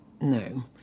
no